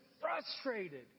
frustrated